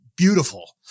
beautiful